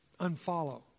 unfollow